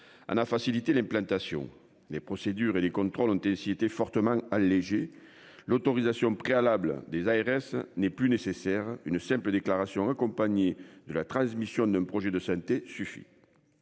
2009. Faciliter l'implantation les procédures et les contrôles ont ainsi été fortement allégé l'autorisation préalable des ARS n'est plus nécessaire. Une simple déclaration accompagnée de la transmission d'un projet de santé suffit.